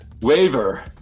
waver